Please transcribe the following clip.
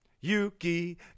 Yuki